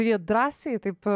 jie drąsiai taip